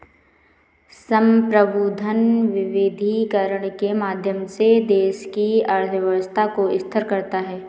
संप्रभु धन विविधीकरण के माध्यम से देश की अर्थव्यवस्था को स्थिर करता है